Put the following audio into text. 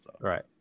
Right